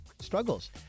struggles